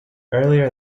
earlier